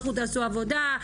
לכו תעשו עבודה,